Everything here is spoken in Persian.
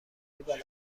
بودند